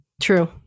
True